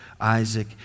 Isaac